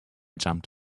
jumped